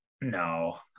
No